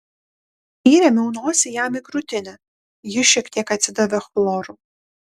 įrėmiau nosį jam į krūtinę ji šiek tiek atsidavė chloru